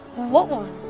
what woman?